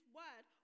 word